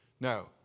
Now